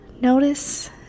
Notice